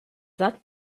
that